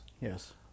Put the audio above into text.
Yes